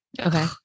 okay